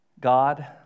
God